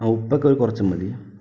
ഉപ്പൊക്കെ കുറച്ച് മതി